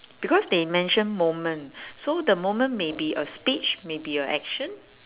because they mention moment so the moment may be a speech may be a action